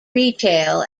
retail